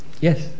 Yes